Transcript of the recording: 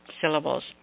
syllables